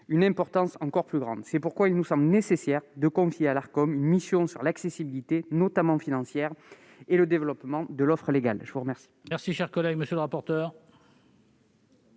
une importance encore plus grande. C'est pourquoi il nous semble nécessaire de confier à l'Arcom une mission sur l'accessibilité, notamment financière, et le développement de l'offre légale. Quel est l'avis de la commission ? Les auteurs